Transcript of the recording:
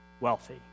wealthy